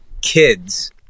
kids